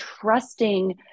trusting